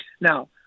Now